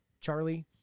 Charlie